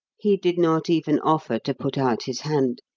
he did not even offer to put out his hand.